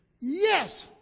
Yes